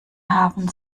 haben